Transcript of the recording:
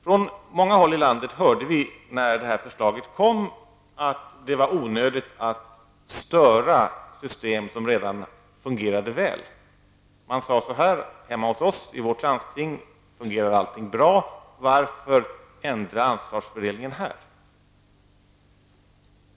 När detta förslag kom hörde vi från många håll i landet att det var onödigt att störa system som redan fungerade väl. Man sade så här: Hemma hos oss i vårt landsting fungerar allting bra. Varför ändra ansvarsfördelningen här?